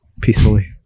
peacefully